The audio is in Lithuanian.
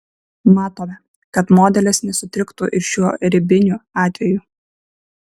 matome kad modelis nesutriktų ir šiuo ribiniu atveju